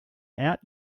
out